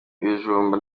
ibijumba